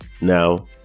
Now